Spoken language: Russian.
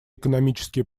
экономические